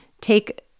take